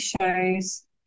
shows